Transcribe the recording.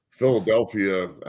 Philadelphia